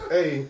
Hey